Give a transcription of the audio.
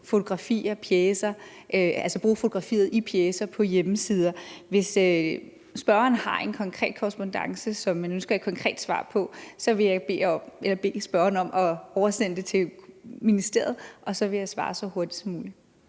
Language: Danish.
fotografier, pjecer, altså bruge fotografiet i pjecer på hjemmesider. Hvis spørgeren har en konkret korrespondance, som man ønsker et konkret svar på, så vil jeg bede spørgeren om at oversende det til ministeriet, og så vil jeg svare så hurtigt som muligt.